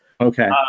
Okay